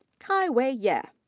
kai-wei yeah